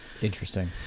Interesting